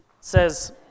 says